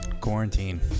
Quarantine